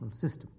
system